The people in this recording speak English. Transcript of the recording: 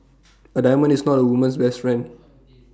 A diamond is not A woman's best friend